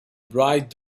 bright